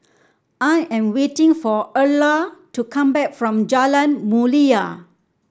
I am waiting for Erla to come back from Jalan Mulia